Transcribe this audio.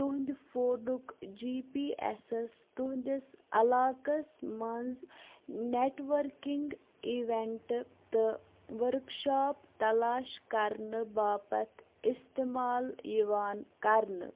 تُہٕنٛدِ فونُک G P S S تُہٕنٛدِس علاقس منٛز نیٹؤرکِنٛگ اِوینٛٹہٕ تہٕ ؤرِکشاپ تلاش کرنہِ باپتھ استعمال یِوان کرنہٕ